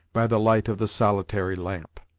by the light of the solitary lamp.